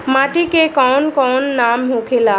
माटी के कौन कौन नाम होखेला?